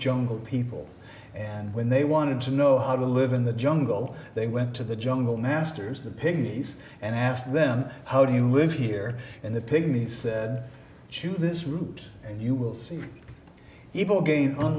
jungle people and when they wanted to know how to live in the jungle they went to the jungle masters the pygmies and asked them how do you live here in the pygmy said choose this route and you will see evil aga